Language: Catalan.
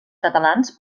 catalans